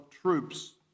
troops